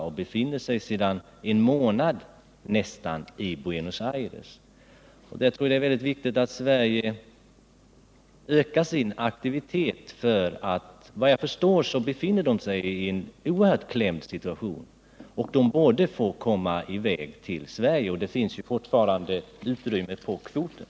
Gruppen befinner sig sedan nästan en månad i Buenos Aires. Det är viktigt att Sverige ökar sin aktivitet, eftersom dessa personer såvitt jag förstår befinner sig i en oerhört pressad situation. De borde få komma i väg till Sverige — det finns fortfarande utrymme inom kvoten.